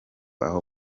aho